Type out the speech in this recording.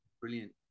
brilliant